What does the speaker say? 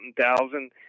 thousand